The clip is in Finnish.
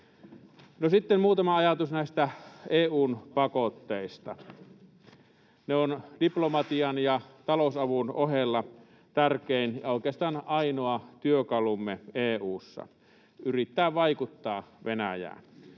sitten muutama ajatus näistä EU:n pakotteista: Ne ovat diplomatian ja talousavun ohella tärkein ja oikeastaan ainoa työkalumme EU:ssa yrittää vaikuttaa Venäjään,